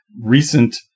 recent